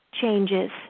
changes